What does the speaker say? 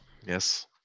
yes